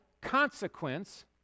consequence